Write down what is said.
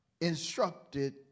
instructed